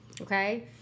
okay